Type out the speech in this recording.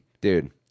Dude